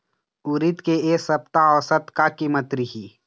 उरीद के ए सप्ता औसत का कीमत रिही?